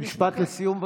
משפט לסיום,